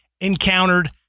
encountered